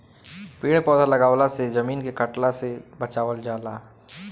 पेड़ पौधा लगवला से जमीन के कटला से बचावल जाला